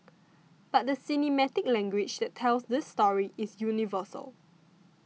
but the cinematic language that tells this story is universal